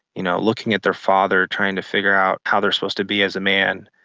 you know looking at their father trying to figure out how they're supposed to be as a man,